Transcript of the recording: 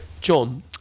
John